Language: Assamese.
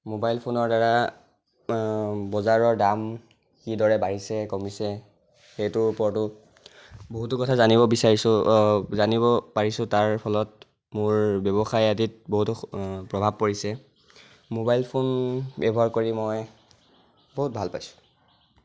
ম'বাইল ফোনৰ দ্বাৰা বজাৰৰ দাম কিদৰে বাঢ়িছে কমিছে সেইটোৰ ওপৰতো বহুতো কথা জানিব বিচাৰিছোঁ জানিব পাৰিছোঁ তাৰ ফলত মোৰ ব্য়ৱসায় আদিত বহুতো প্ৰভাৱ পৰিছে ম'বাইল ফোন ব্য়ৱহাৰ কৰি মই বহুত ভাল পাইছোঁ